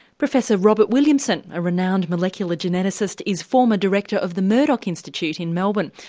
professor robert williamson, a renowned molecular geneticist, is former director of the murdoch institute in melbourne,